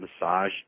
massage